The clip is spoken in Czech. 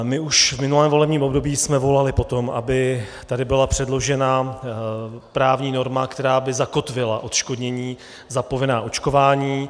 My jsme už v minulém volebním období volali po tom, aby tady byla předložena právní norma, která by zakotvila odškodnění za povinná očkování.